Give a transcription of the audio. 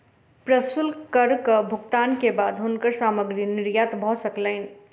प्रशुल्क करक भुगतान के बाद हुनकर सामग्री निर्यात भ सकलैन